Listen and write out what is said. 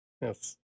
Yes